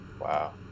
Wow